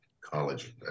college